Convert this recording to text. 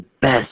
best